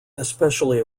especially